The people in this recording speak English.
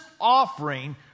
offering